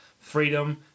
freedom